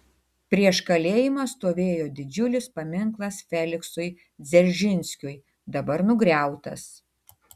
prieš kalėjimą stovėjo didžiulis paminklas feliksui dzeržinskiui dabar nugriautas